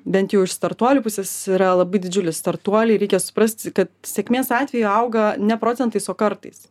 bent jau iš startuolių pusės yra labai didžiulis startuoliai reikia suprasti kad sėkmės atveju auga ne procentais o kartais